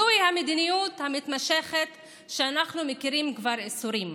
זוהי המדיניות המתמשכת שאנחנו מכירים כבר עשורים,